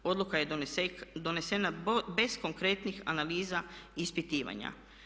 Odluka je donesena bez konkretnih analiza i ispitivanja.